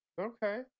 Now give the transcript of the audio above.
Okay